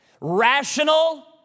rational